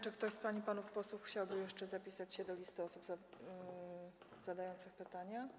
Czy ktoś z pań i panów posłów chce jeszcze zapisać się do listy osób zadających pytania?